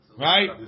Right